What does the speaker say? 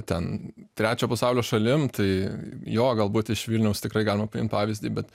ten trečio pasaulio šalim tai jo galbūt iš vilniaus tikrai galima paimt pavyzdį bet